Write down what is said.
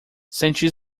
senti